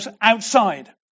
outside